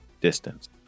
distance